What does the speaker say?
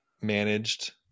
managed